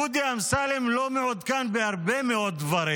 דודי אמסלם לא מעודכן בהרבה מאוד דברים,